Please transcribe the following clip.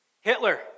Hitler